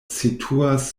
situas